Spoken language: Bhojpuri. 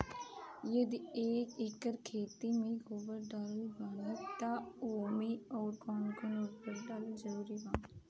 यदि एक एकर खेत मे गोबर डालत बानी तब ओमे आउर् कौन कौन उर्वरक डालल जरूरी बा?